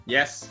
Yes